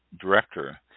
director